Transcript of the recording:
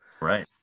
Right